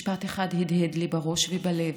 משפט אחד הדהד לי בראש ובלב: